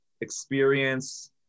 experience